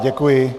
Děkuji.